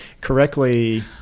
correctly